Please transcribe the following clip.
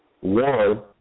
One